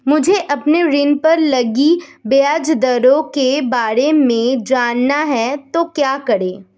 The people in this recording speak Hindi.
मुझे अपने ऋण पर लगी ब्याज दरों के बारे में जानना है तो क्या करें?